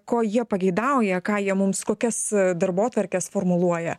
ko jie pageidauja ką jie mums kokias darbotvarkes formuluoja